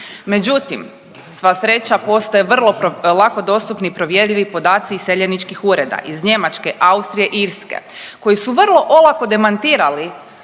Međutim, sva sreća postoje vrlo lako dostupni i provjerljivi podaci iseljeničkih ureda iz Njemačke, Austrije, Irske, koji su vrlo olako demantirali